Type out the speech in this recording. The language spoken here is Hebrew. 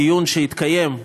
בדיון שיתקיים,